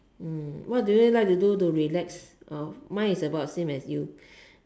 mm what do you like to do to relax mine is about the same as you